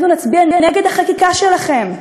אנחנו נצביע נגד החקיקה שלכם.